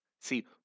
See